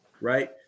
right